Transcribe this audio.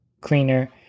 cleaner